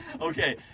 Okay